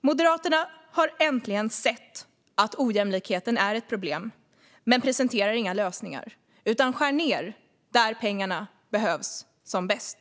Moderaterna har äntligen sett att ojämlikheten är ett problem, men man presenterar inga lösningar utan skär ned där pengarna behövs som bäst.